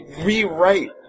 rewrite